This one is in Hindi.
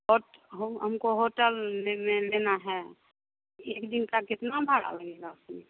और हम हमको होटेल लेना है एक दिन का कितना भाड़ा लगेगा आपके